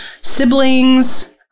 siblings